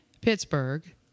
Pittsburgh